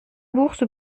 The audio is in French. bourse